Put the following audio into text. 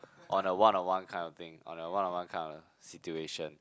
on a one on one kind of thing on a one on one kind of a situation